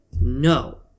no